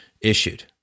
issued